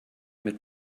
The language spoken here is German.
mit